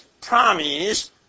promise